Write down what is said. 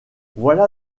voilà